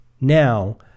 now